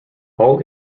all